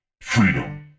Freedom